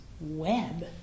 web